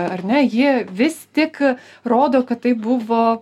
ar ne jie vis tik rodo kad tai buvo